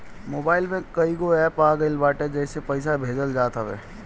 mobile में कईगो app आ गईल बाटे जेसे पईसा भेजल जात हवे